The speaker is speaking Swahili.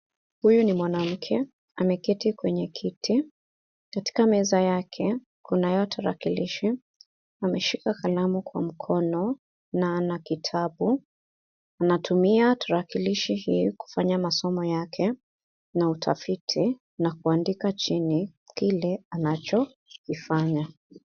Huyu ni mwanamke ameketi kwenye kiti. Katika meza yake, kunayo tarakilishi. Ameshika kalamu kwa mkono na ana kitabu. Anatumia tarakilishi hii kufanya masomo yake na utafiti na kuandika chini kile anachokifanya.